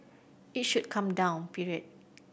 it should come down period